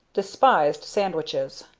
despised sandwiches.